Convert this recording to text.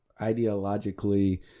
ideologically